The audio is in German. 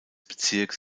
bezirks